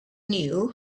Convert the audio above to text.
knew